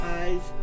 eyes